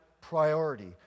priority